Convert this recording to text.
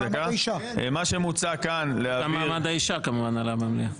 מה שמוצע כאן --- גם מעמד האישה כמובן עלה במליאה.